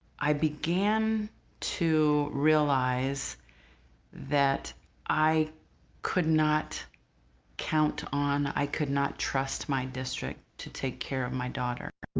i began to realize that i could not count on, i could not trust my district to take care of my daughter.